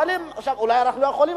אולי אנחנו לא יכולים,